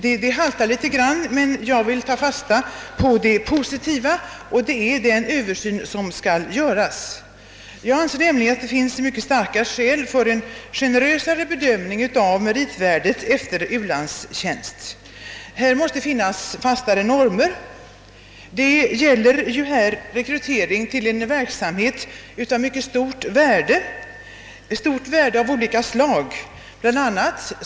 Resonemanget haltar litet grand, men jag vill ta fasta på det positiva, och det är den översyn som skall göras. Jag anser nämligen att det finns myc ket starka skäl för en generösare bedömning av meritvärdet av u-landstjänst. Därvidlag måste det finnas fastare normer. Det gäller ju här rekrytering till en verksamhet av stort värde ur olika synpunkter. Bl.